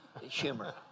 humor